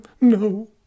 No